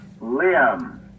Liam